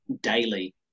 daily